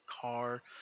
car